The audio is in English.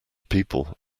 people